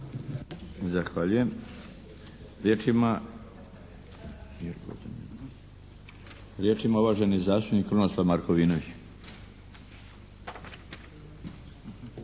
Zahvaljujem. Riječ ima uvaženi zastupnik Krunoslav Markovinović.